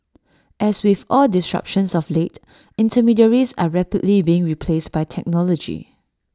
as with all disruptions of late intermediaries are rapidly being replaced by technology